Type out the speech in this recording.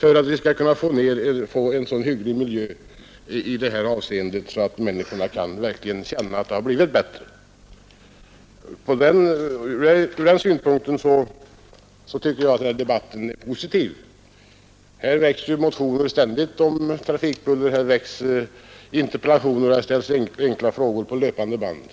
Men vi hoppas att kunna åstadkomma en så hygglig miljö i fråga om bullret, att människorna verkligen skall kunna känna att det blivit bättre. Sett från även den synpunkten tycker jag att denna debatt är positiv. Här väcks ständigt motioner om trafikbuller, här ställs interpellationer och enkla frågor på löpande band.